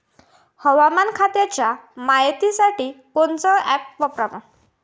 हवामान खात्याच्या मायतीसाठी कोनचं ॲप वापराव?